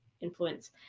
influence